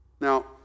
Now